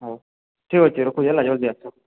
ହଉ ଠିକ୍ ଅଛି ରଖୁଛି ହେଲା ଜଲଦି ଆସ